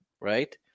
right